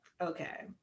Okay